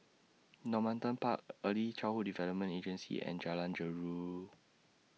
Normanton Park Early Childhood Development Agency and Jalan Jeruju